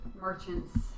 merchants